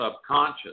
subconscious